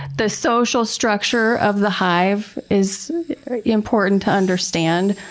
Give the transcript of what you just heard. the social structure of the hive is important to understand.